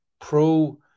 pro